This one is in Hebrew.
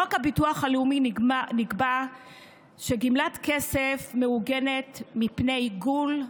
בחוק הביטוח הלאומי נקבע שגמלת כסף מוגנת מפני עיקול,